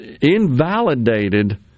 invalidated